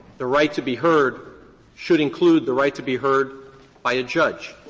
the right to be heard should include the right to be heard by a judge,